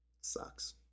Sucks